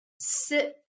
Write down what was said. sit